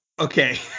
Okay